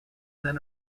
then